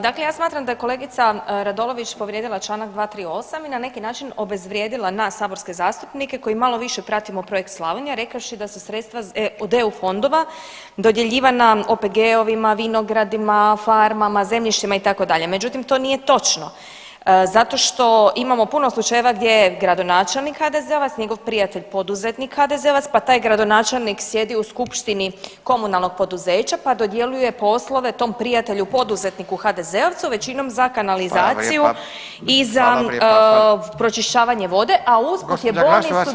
Dakle ja smatram da je kolegica Radolović povrijedila čl. 238. i na neki način obezvrijedila nas saborske zastupnike koji malo više pratimo Projekt Slavonija rekavši da su sredstva od EU fondova dodjeljivana OPG-ovima, vinogradima, farmama, zemljištima itd., međutim to nije točno zato što imamo puno slučajeva gdje je gradonačelnik HDZ-ovac, njegov prijatelj poduzetnik HDZ-ovac, pa taj gradonačelnik sjedi u skupštini komunalnog poduzeća, pa dodjeljuje poslove tom prijatelju poduzetniku HDZ-ovcu većinom za kanalizaciju [[Upadica: Hvala lijepa, hvala lijepa]] i za pročišćavanje vode, a usput … [[Govornik se ne razumije]] su bile farme, OPG-ovi i to sve skupa.